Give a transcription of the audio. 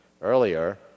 earlier